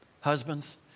Husbands